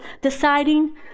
deciding